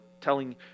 telling